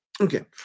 Okay